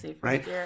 right